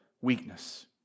weakness